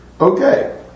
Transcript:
Okay